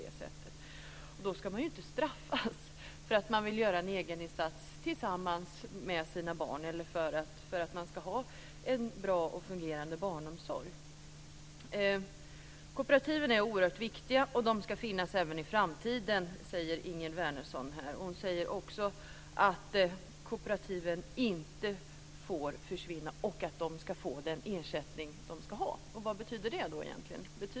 Men man ska inte straffas för att man gör en egeninsats tillsammans med sina barn eller för att få en bra och fungerande barnomsorg. Kooperativen är oerhört viktiga, och de ska finnas även i framtiden, säger Ingegerd Wärnersson. Hon säger också att kooperativen inte får försvinna och att de ska få den ersättning som de ska ha. Vad betyder då egentligen detta?